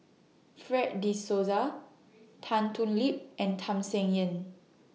Fred De Souza Tan Thoon Lip and Tham Sien Yen